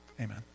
amen